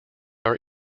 are